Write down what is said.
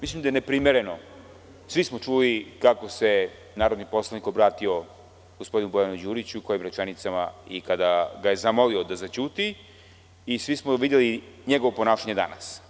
Mislim da je neprimereno, svi smo čuli kako se narodni poslanik obratio gospodinu Bojanu Đuriću, kojim rečenica i kada ga je zamolio da zaćuti i svi smo videli njegovo ponašanje danas.